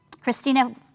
Christina